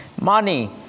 money